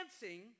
dancing